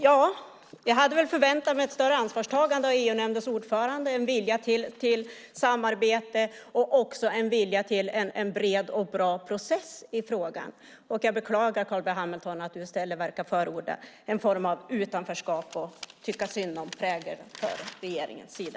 Jag hade väl förväntat mig ett större ansvarstagande av EU-nämndens ordförande, en vilja till samarbete och också en vilja till en bred och bra process i frågan. Jag beklagar att Carl B Hamilton i stället verkar förorda en form av utanförskap och tycka-synd-om-prägel från regeringens sida.